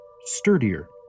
Sturdier